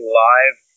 live